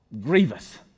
grievous